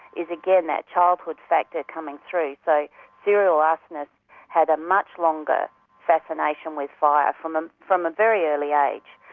is again that childhood factor coming through. so serial arsonists had a much longer fascination with fire, from um from a very early age.